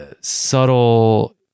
subtle